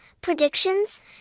predictions